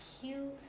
cute